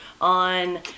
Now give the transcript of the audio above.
on